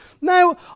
Now